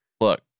look